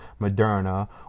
Moderna